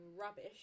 rubbish